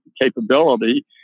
capability